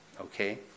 okay